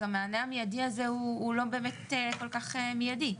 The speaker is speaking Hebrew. אז המענה המיידי הזה הוא לא באמת כל כך מיידי.